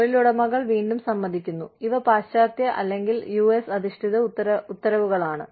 തൊഴിലുടമകൾ വീണ്ടും സമ്മതിക്കുന്നു ഇവ പാശ്ചാത്യ അല്ലെങ്കിൽ യുഎസ് അധിഷ്ഠിത ഉത്തരവുകളാണ്